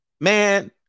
Man